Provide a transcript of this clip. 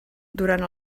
durant